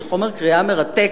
זה חומר קריאה מרתק.